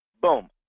boom